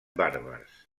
bàrbars